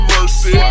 Mercy